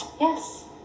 Yes